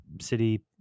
City